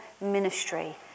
ministry